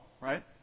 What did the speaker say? right